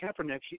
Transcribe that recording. Kaepernick